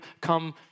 come